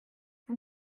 vous